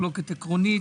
מחלוקת עקרונית,